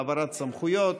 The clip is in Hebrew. העברת סמכויות.